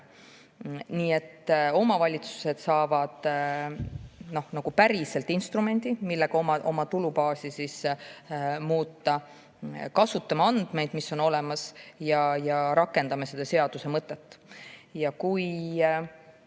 Nii et omavalitsused saavad nagu päriselt instrumendi, millega oma tulubaasi muuta. Kasutame andmeid, mis on olemas, ja rakendame seda seaduse mõtet. Kui